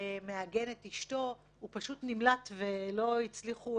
ושהוא מעגן את אשתו, הוא פשוט נמלט ולא הצליחו